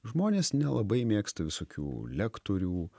žmonės nelabai mėgsta visokių lektorių